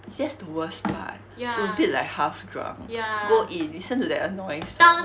guess the worst part we're a bit like half drunk go in listen to that annoying song